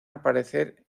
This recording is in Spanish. aparecer